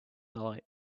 night